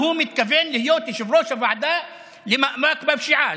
והוא מתכוון להיות יושב-ראש הוועדה למאבק בפשיעה,